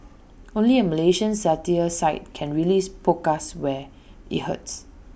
only A Malaysian satire site can really poke us where IT hurts